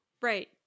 right